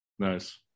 Nice